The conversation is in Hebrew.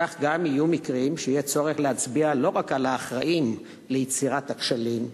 כך גם יהיו מקרים שיהיה צורך להצביע לא רק על האחראים ליצירת הכשלים,